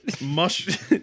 Mush